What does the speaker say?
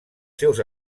seus